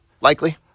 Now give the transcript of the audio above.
Likely